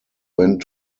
went